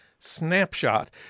snapshot